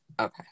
Okay